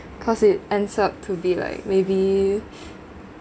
cause it ends up to be like maybe